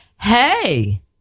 Hey